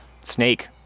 snake